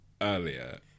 earlier